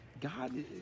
god